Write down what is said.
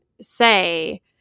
say